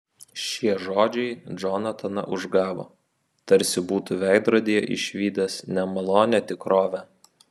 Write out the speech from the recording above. šie žodžiai džonataną užgavo tarsi būtų veidrodyje išvydęs nemalonią tikrovę